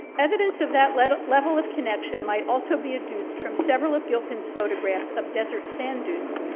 evidence of that level level of connection might also be reduced from several of gilpin's photographs of desert sand dunes,